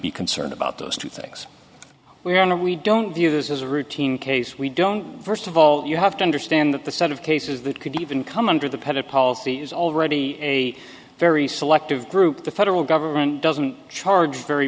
be concerned about those two things when we don't view this as a routine case we don't first of all you have to understand that the set of cases that could even come under the present policy is already a very selective group the federal government doesn't charge very